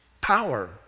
power